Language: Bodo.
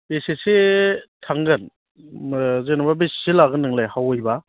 बेसेसो थांगोन जेनेबा बेसेसो लागोन नोंलाय हावैबा